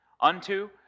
unto